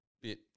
bit